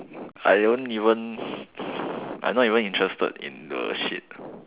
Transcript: I don't even I not even interested in the shit